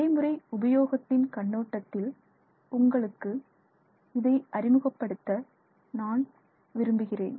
நடைமுறை உபயோகத்தின் கண்ணோட்டத்தில் உங்களுக்கு இதை அறிமுகப்படுத்த நான் விரும்புகிறேன்